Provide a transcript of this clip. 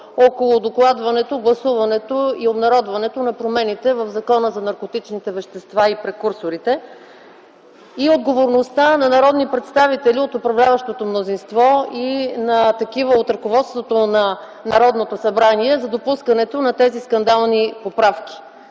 около докладването, гласуването и обнародването на промените в Закона за контрол върху наркотичните вещества и прекурсорите и отговорността на народни представители от управляващото мнозинство и на такива от ръководството на Народното събрание за допускането на тези скандални поправки.